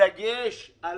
בדגש על